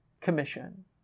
commission